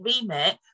remit